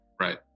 right